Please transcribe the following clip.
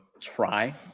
try